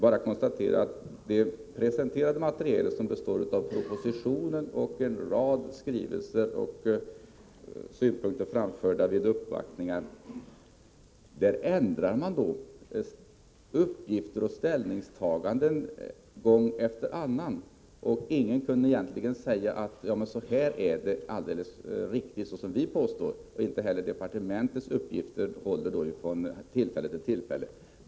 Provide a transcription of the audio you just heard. I det presenterade materialet, som består av propositionen, en rad skrivelser och synpunkter framförda vid uppvaktningar, ändrade man gång efter annan uppgifter och ställningstaganden. Ingen kunde egentligen säga att så här är det. Inte heller departementets uppgifter höll från tillfälle till tillfälle.